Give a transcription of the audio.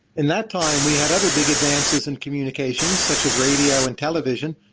in that time, we had other big advances in communication such as radio and television,